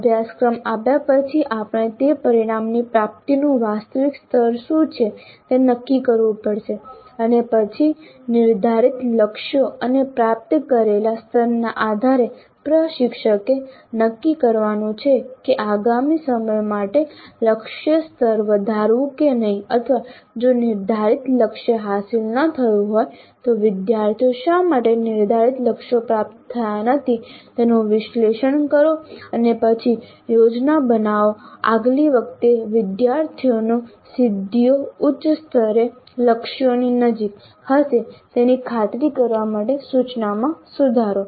અભ્યાસક્રમ આપ્યા પછી આપણે તે પરિણામની પ્રાપ્તિનું વાસ્તવિક સ્તર શું છે તે નક્કી કરવું પડશે અને પછી નિર્ધારિત લક્ષ્યો અને પ્રાપ્ત કરેલા સ્તરના આધારે પ્રશિક્ષકે નક્કી કરવાનું છે કે આગામી સમય માટે લક્ષ્ય સ્તર વધારવું કે નહીં અથવા જો નિર્ધારિત લક્ષ્ય હાંસલ ન થયું હોય તો વિદ્યાર્થીઓ શા માટે નિર્ધારિત લક્ષ્યો પ્રાપ્ત થયા નથી તેનું વિશ્લેષણ કરો અને પછી યોજના બનાવો આગલી વખતે વિદ્યાર્થીઓની સિદ્ધિઓ ઉચ્ચ સ્તરે લક્ષ્યોની નજીક હશે તેની ખાતરી કરવા માટે સૂચનામાં સુધારો